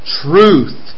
truth